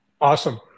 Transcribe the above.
Awesome